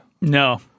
No